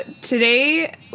today